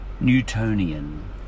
Newtonian